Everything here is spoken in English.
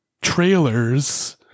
trailers